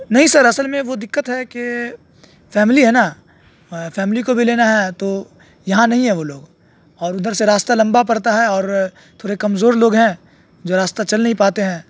نہیں سر اصل میں وہ دقت ہے کہ فیملی ہے نا فیملی کو بھی لینا ہے تو یہاں نہیں ہے وہ لوگ اور ادھر سے راستہ لمبا پڑتا ہے اور تھوڑے کمزور لوگ ہیں جو راستہ چل نہیں پاتے ہیں